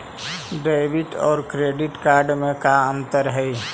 Debit और credit card में का अंतर हइ?